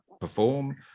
perform